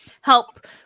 help